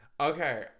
okay